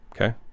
Okay